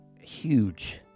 huge